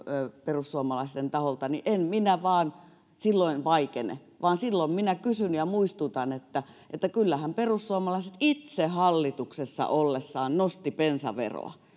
perussuomalaisten taholta en minä vain silloin vaikene vaan silloin minä kysyn ja muistutan että että kyllähän perussuomalaiset itse hallituksessa ollessaan nostivat bensaveroa